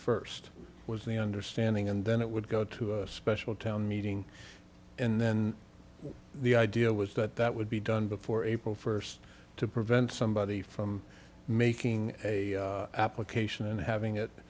first was the understanding and then it would go to a special town meeting and then the idea was that that would be done before april first to prevent somebody from making a application and having it